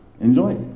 enjoy